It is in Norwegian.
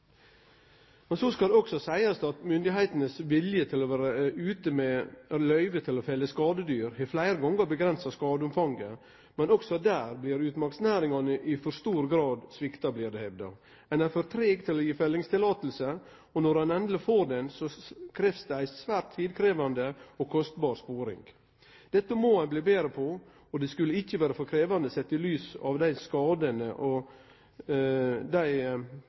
Men så skal det også seiast at myndigheitene sin vilje til å gje løyve til å felle skadedyr, fleire gonger har avgrensa skadeomfanget. Men også der blir utmarksnæringane i for stor grad svikta, blir det hevda. Ein er for treg til å gje fellingsløyve, og når ein endeleg får det, blir det ei svært tidkrevjande og kostbar sporing. Dette må ein bli betre på, og det skulle ikkje vere for krevjande, sett i lys av dei skadane og